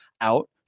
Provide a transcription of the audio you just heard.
out